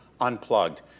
Unplugged